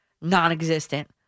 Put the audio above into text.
Non-existent